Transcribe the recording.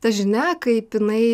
ta žinia kaip jinai